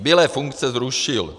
Zbylé funkce zrušil.